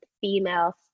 females